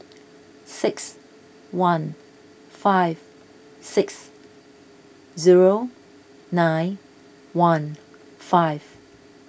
six one five six zero nine one five